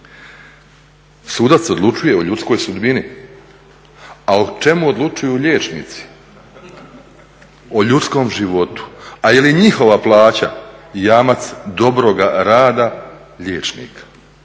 Sudac odlučuje o ljudskoj sudbini, a o čemu odlučuju liječnici, o ljudskom životu. A jel i njihova plaća jamac dobroga rada liječnika?